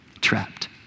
Trapped